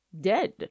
dead